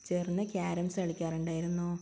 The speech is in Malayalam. ചേർന്ന് ക്യാരംസ്സ് കളിക്കാറുണ്ടായിരുന്നു